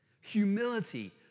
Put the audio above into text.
humility